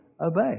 obey